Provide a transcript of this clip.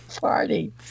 party